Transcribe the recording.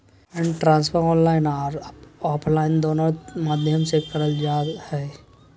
fund transfer online आर offline दोनों माध्यम से करल जा हय